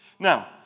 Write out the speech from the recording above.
Now